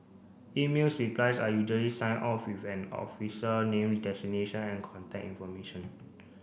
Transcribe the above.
emails replies are usually signed off with an officer name designation and contact information